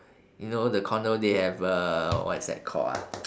you know the condo they have uh what is that called ah